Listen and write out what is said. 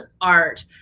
art